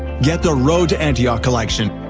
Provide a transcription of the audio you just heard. get the road to antioch collection,